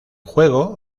juego